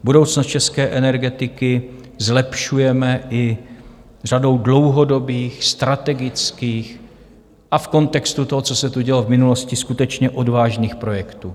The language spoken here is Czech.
Budoucnost české energetiky zlepšujeme i řadou dlouhodobých strategických a v kontextu toho, co se tu dělo v minulosti, skutečně odvážných projektů.